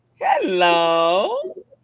Hello